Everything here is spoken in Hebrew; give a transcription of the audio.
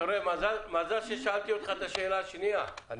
מזל ששאלתי אותך את השאלה השנייה.